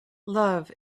love